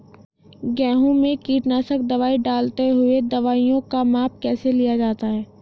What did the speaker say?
गेहूँ में कीटनाशक दवाई डालते हुऐ दवाईयों का माप कैसे लिया जाता है?